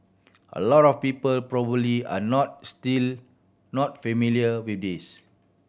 a lot of people probably are not still not familiar with this